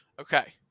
Okay